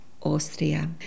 Austria